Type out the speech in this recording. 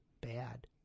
bad